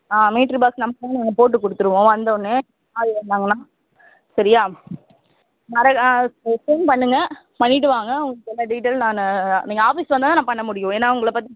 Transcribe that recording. ஆ meter box number நாங்கள் போட்டு கொடுத்துருவோம் வந்தோடன்னே ஆள் வந்தாங்கன்னால் சரியா மற ஆ ஃபோ ஃபோன் பண்ணுங்கல் பண்ணிட்டு வாங்க உங்களுக்கு எல்லா டீடெயில்லும் நான் நீங்கள் ஆஃபிஸ் வந்தால்தான் நான் பண்ண முடியும் ஏன்னா உங்களை பற்றி